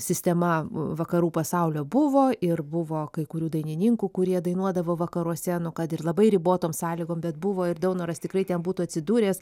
sistema vakarų pasaulio buvo ir buvo kai kurių dainininkų kurie dainuodavo vakaruose nu kad ir labai ribotoms sąlygom bet buvo ir daunoras tikrai ten būtų atsidūręs